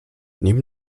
nimm